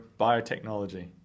biotechnology